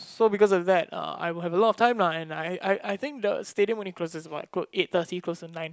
so because of that uh I will have a lot of time lah and I I I think the stadium only closes about clo~ eight thirty close to nine